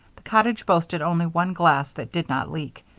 the cottage boasted only one glass that did not leak,